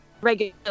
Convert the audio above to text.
regular